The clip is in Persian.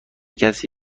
کسی